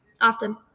Often